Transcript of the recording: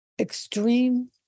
extreme